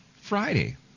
Friday